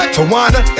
Tawana